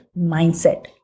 mindset